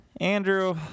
Andrew